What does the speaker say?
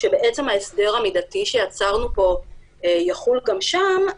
שההסדר המידתי שיצרנו פה יחול גם שם.